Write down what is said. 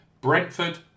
Brentford